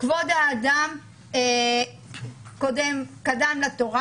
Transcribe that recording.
כבוד האדם קדם לתורה